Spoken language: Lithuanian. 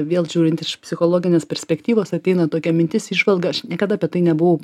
vėl žiūrint iš psichologinės perspektyvos ateina tokia mintis įžvalga aš niekada apie tai nebuvau